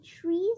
trees